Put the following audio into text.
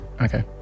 Okay